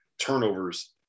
turnovers